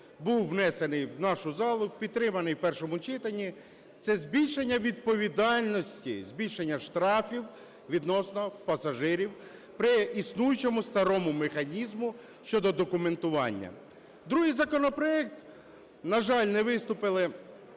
був внесений в нашу залу, підтриманий в першому читанні, – це збільшення відповідальності, збільшення штрафів відносно пасажирів при існуючому, старому механізмі щодо документування. Другий законопроект - на жаль, не виступили